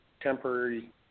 temporary